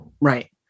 Right